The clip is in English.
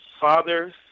fathers